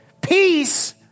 peace